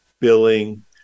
billing